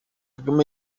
kagame